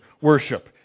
worship